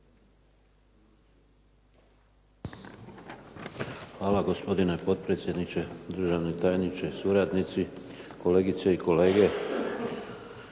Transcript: Hvala gospodine potpredsjedniče, državni tajniče, suradnici, kolegice i kolege.